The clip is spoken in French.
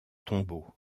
tombeau